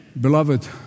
Beloved